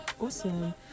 awesome